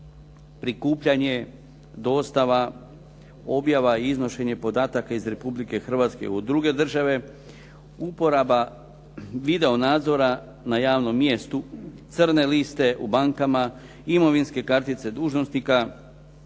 prikupljanje, dostava, objava i iznošenje podataka iz Republike Hrvatske u druge države, uporaba vido nadzora na javnom mjestu, crne liste u bankama, imovinske kartice dužnosnika,